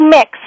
Mix